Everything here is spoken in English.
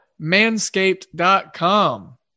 Manscaped.com